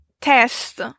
test